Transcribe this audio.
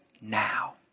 now